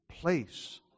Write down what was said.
place